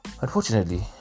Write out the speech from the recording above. Unfortunately